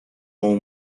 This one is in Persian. اون